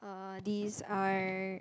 these are